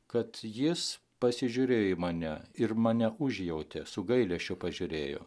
kad jis pasižiūrėjo į mane ir mane užjautė su gailesčiu pažiūrėjo